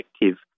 effective